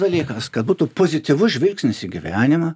dalykas kad būtų pozityvus žvilgsnis į gyvenimą